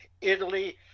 Italy